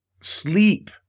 sleep